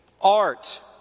Art